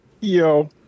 Yo